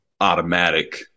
Automatic